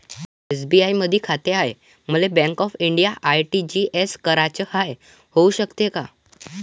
SBI मधी खाते हाय, मले बँक ऑफ इंडियामध्ये आर.टी.जी.एस कराच हाय, होऊ शकते का?